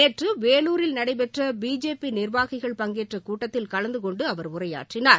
நேற்று வேலுாரில் நடைபெற்ற பிஜேபி நிர்வாகிகள் பங்கேற்ற கூட்டத்தில் கலந்துகொண்டு அவர் உரையாற்றினார்